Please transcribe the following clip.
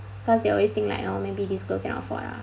plus they always think like oh maybe this girl cannot afford lah